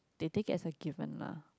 they take it as a given lah